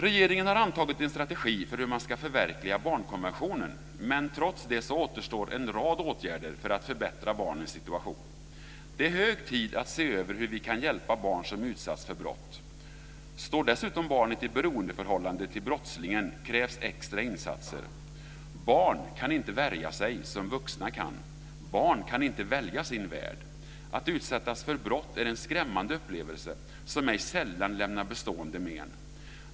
Regeringen har antagit en strategi för hur man ska förverkliga barnkonventionen. Trots det återstår en rad åtgärder för att förbättra barnens situation. Det är hög tid att se över hur vi kan hjälpa barn som utsatts för brott. Står dessutom barnet i beroendeförhållande till brottslingen krävs extra insatser. Barn kan inte värja sig som vuxna kan. Barn kan inte välja sin värld. Att utsättas för brott är en skrämmande upplevelse, som ej sällan lämnar bestående men.